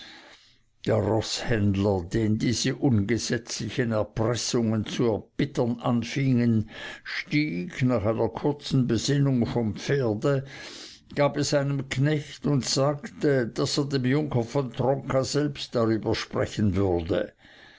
der roßhändler den diese ungesetzlichen erpressungen zu erbittern anfingen stieg nach einer kurzen besinnung vom pferde gab es einem knecht und sagte daß er den junker von tronka selbst darüber sprechen würde